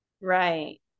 Right